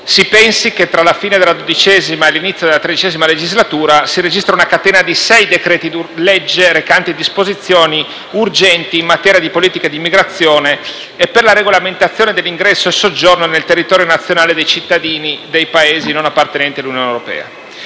Si pensi che, tra la fine della XII e l'inizio della XIII legislatura, si registra una catena di sei decreti-legge recanti disposizioni urgenti in materia di politica di immigrazione e per la regolamentazione dell'ingresso e soggiorno nel territorio nazionale dei cittadini dei Paesi non appartenenti all'Unione europea.